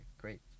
great